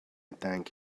thank